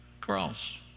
cross